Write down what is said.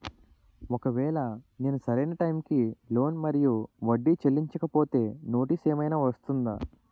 ఒకవేళ నేను సరి అయినా టైం కి లోన్ మరియు వడ్డీ చెల్లించకపోతే నోటీసు ఏమైనా వస్తుందా?